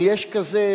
אם יש כזה,